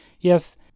yes